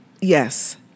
Yes